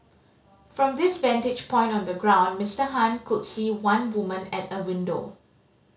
from this vantage point on the ground Mister Han could see one woman at a window